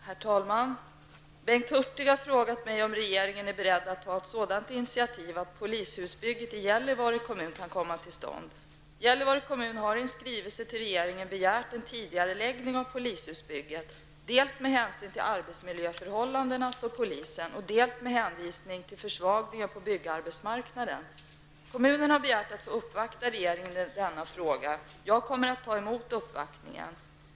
Herr talman! Bengt Hurtig har frågat mig om regeringen är beredd att ta ett sådant initiativ att polishusbygget i Gällivare kommun kan komma till stånd. Gällivare kommun har i en skrivelse till regeringen begärt en tidigareläggning av polishusbygget, dels med hänsyn till arbetsmiljöförhållandena för polisen, dels med hänvisning till försvagningen på byggarbetsmarknaden. Kommunen har begärt att få uppvakta regeringen i denna fråga. Jag kommer att ta emot uppvaktningen.